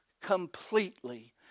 completely